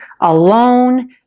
alone